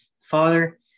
father